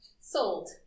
Sold